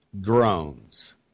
drones